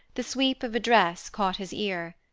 the sweep of a dress caught his ear.